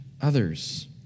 others